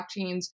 blockchains